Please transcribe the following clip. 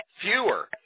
fewer